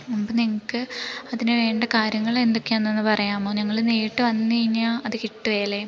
അപ്പം നിങ്ങൾക്ക് അതിനു വേണ്ട കാര്യങ്ങൾ എന്തൊക്കെയാണെന്നൊന്നു പറയാമോ ഞങ്ങൾ നേരിട്ട് വന്നു കഴിഞ്ഞാൽ അതു കിട്ടുകേലെ